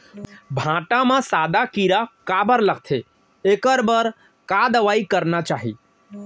भांटा म सादा कीरा काबर लगथे एखर बर का दवई करना चाही?